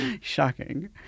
Shocking